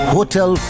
Hotel